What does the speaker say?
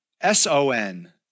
S-O-N